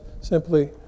simply